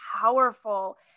powerful